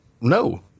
no